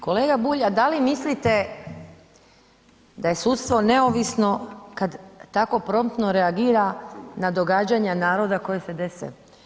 Kolega Bulj, a da li mislite da je sudstvo neovisno kad tako promptno reagira na događanja naroda koja se dese?